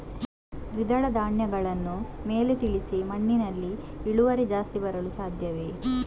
ದ್ವಿದಳ ಧ್ಯಾನಗಳನ್ನು ಮೇಲೆ ತಿಳಿಸಿ ಮಣ್ಣಿನಲ್ಲಿ ಇಳುವರಿ ಜಾಸ್ತಿ ಬರಲು ಸಾಧ್ಯವೇ?